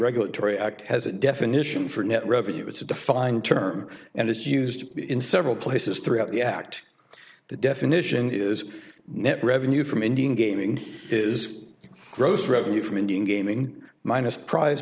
regulatory act has a definition for net revenue it's a defined term and it's used in several places throughout the act the definition is net revenue from indian gaming is gross revenue from indian gaming minus pri